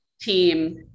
team